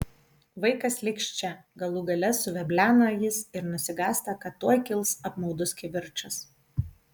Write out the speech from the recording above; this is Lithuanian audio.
vaikas liks čia galų gale suveblena jis ir nusigąsta kad tuoj kils apmaudus kivirčas